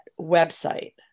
website